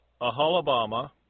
Ahalabama